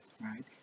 right